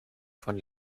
von